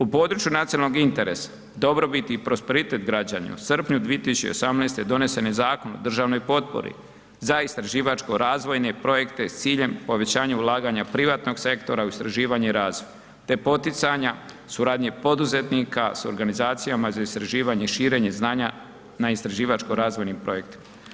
U području nacionalnog interesa, dobrobit i prosperitet građana u srpnju 2018. donesen je Zakon o državnoj potpori za istraživačko razvojne projekte s ciljem povećanja ulaganja privatnog sektora u istraživanje i razvoj te poticanja suradnje poduzetnika s organizacijama za istraživanje i širenje znanja na istraživačko razvojnim projektima.